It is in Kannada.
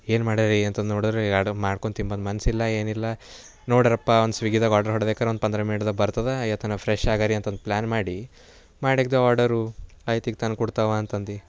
ಏನು ಮಾಡ್ಯಾರೀ ಅಂತಂದು ನೋಡಿದರೆ ಮಾಡ್ಕೊಂತಿಂಬಂದು ಮನಸಿಲ್ಲ ಏನಿಲ್ಲ ನೋಡರ್ರಪ್ಪ ಒಂದು ಸ್ವೀಗಿದಾಗ ಆರ್ಡರ್ ಹೊಡ್ದೇಕಾರ ಒಂದು ಪಂದ್ರಾ ಮಿನಿಟ್ದಾಗ ಬರ್ತದ ಏತನ ಫ್ರೆಶ್ ಆಗರಿ ಅಂತಂದು ಪ್ಲಾನ್ ಮಾಡಿ ಮಾಡಿ ಹಾಕ್ದವ್ ಆರ್ಡರು ಆಯ್ತೀಗ ತಂದು ಕೊಡ್ತಾನ ಅವ ಅಂತಂದು